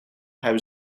hebben